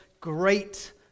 great